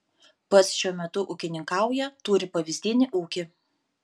pats šiuo metu ūkininkauja turi pavyzdinį ūkį